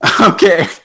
Okay